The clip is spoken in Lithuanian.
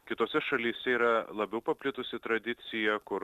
kitose šalyse yra labiau paplitusi tradicija kur